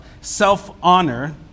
self-honor